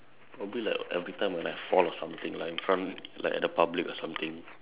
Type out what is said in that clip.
probably like every time when I fall or something like in front like at the public or something